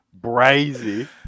brazy